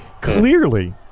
Clearly